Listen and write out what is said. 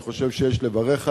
אני חושב שיש לברך עליה,